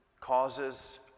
causes